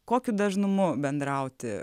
kokiu dažnumu bendrauti